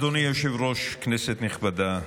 אדוני היושב-ראש, כנסת נכבדה,